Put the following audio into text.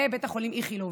לבית החולים איכילוב.